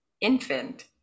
infant